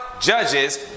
judges